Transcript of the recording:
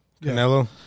Canelo